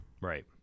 Right